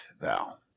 thou